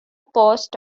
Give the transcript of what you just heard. post